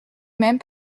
même